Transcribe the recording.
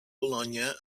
bologna